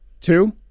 Two